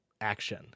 action